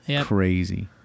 crazy